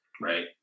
Right